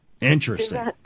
Interesting